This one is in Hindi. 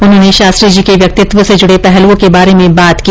उन्होंने शास्त्री जी के व्यक्तित्व से जुड़े पहलूओं के बारे में बात की